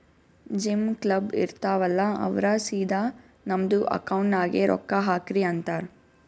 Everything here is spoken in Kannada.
ಜಿಮ್, ಕ್ಲಬ್, ಇರ್ತಾವ್ ಅಲ್ಲಾ ಅವ್ರ ಸಿದಾ ನಮ್ದು ಅಕೌಂಟ್ ನಾಗೆ ರೊಕ್ಕಾ ಹಾಕ್ರಿ ಅಂತಾರ್